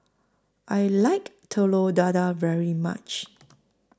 I like Telur Dadah very much